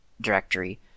directory